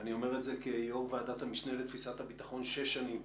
אני אומר את זה כיו"ר ועדת המשנה לתפיסת הביטחון שש שנים.